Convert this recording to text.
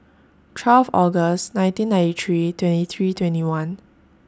twelve August nineteen ninety three twenty three twenty one